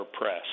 press